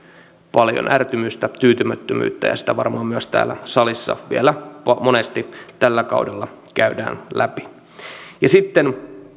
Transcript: paljon ärtymystä ja tyytymättömyyttä ja sitä varmaan myös täällä salissa vielä monesti tällä kaudella käydään läpi sitten